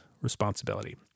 responsibility